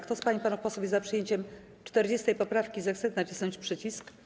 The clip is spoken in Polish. Kto z pań i panów posłów jest za przyjęciem 40. poprawki, zechce nacisnąć przycisk.